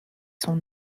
son